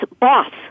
boss